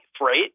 right